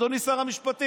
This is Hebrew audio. אדוני שר המשפטים,